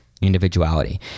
individuality